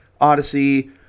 Odyssey